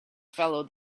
fellow